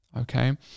Okay